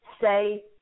Say